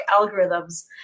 algorithms